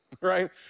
right